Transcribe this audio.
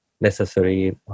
necessary